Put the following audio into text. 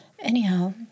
Anyhow